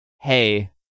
hey